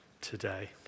today